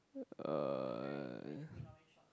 uh